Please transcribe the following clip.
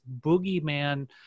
boogeyman